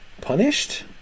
punished